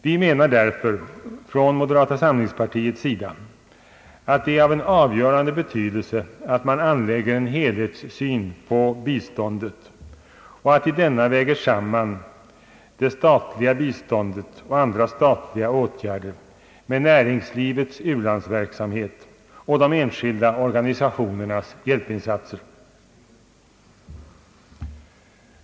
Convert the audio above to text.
Vi menar därför från moderata samlingspartiets sida att det är av avgörande betydelse att man anlägger en helhetssyn på biståndet och i denna väger samman det statliga biståndet och andra statliga åtgärder med näringslivets u-landsverksamhet och de enskilda organisationernas hjälpinsatser.